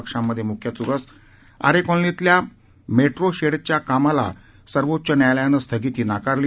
पक्षांमधे म्ख्य च्रस आरे कॉलनीतील मेट्रो शेडच्या कामाला सर्वोच्च न्यायालयानं स्थगिती नाकारली